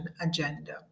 agenda